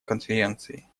конференцией